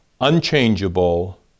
unchangeable